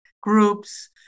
groups